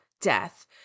death